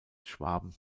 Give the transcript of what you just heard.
schwaben